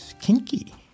Kinky